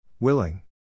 Willing